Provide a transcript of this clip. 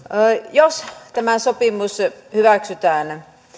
jos tämä sopimus hyväksytään